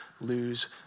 lose